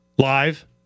Live